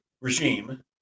regime